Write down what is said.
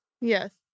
Yes